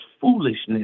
foolishness